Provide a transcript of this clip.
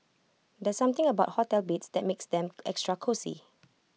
there's something about hotel beds that makes them extra cosy